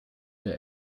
der